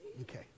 Okay